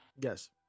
Yes